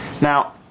Now